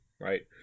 right